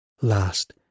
Last